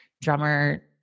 drummer